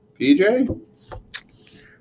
PJ